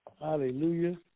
Hallelujah